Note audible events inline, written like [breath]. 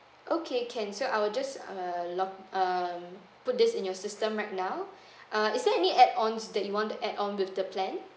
okay can so I will just err lock um put this in your system right now [breath] uh is there any add ons that you want to add on with the plan